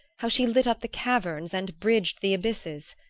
how she lit up the caverns and bridged the abysses!